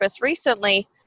recently